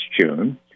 June